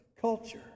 culture